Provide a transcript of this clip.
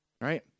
right